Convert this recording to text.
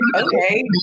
Okay